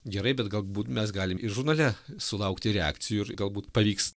gerai bet galbūt mes galim ir žurnale sulaukti reakcijų ir galbūt pavyks